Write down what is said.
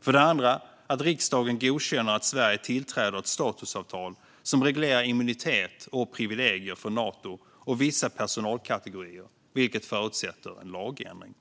För det andra föreslås att riksdagen godkänner att Sverige tillträder ett statusavtal som reglerar immunitet och privilegier för Nato och vissa personalkategorier, vilket förutsätter en lagändring.